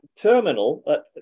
terminal